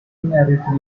married